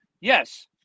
Yes